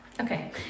Okay